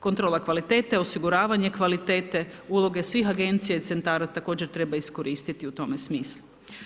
Kontrola kvalitete, osiguravanje kvalitete, uloge svih agencija i centara, također treba iskoristiti u tome smislu.